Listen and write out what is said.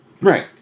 Right